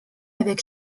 avec